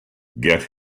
get